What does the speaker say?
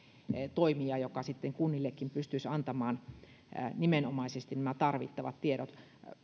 toimija joka kunnillekin pystyisi antamaan nimenomaisesti nämä tarvittavat tiedot